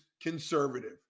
conservative